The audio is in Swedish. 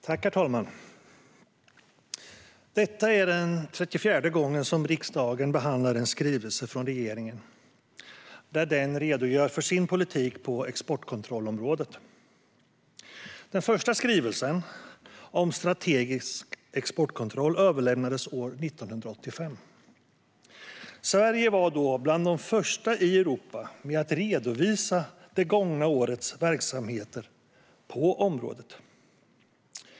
Herr talman! Detta är 34:e gången som riksdagen behandlar en skrivelse från regeringen där den redogör för sin politik på exportkontrollområdet. Den första skrivelsen om strategisk exportkontroll överlämnades år 1985. Sverige var då bland de första i Europa med att redovisa det gångna årets verksamheter på området.